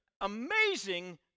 amazing